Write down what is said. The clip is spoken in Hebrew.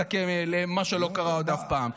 מה שעוד לא קרה אף פעם.